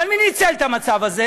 אבל מי ניצל את המצב הזה?